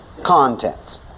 contents